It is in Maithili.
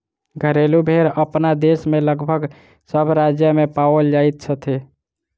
घरेलू भेंड़ अपना देश मे लगभग सभ राज्य मे पाओल जाइत अछि